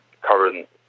current